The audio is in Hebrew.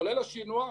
כולל השינוע,